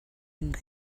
and